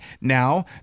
Now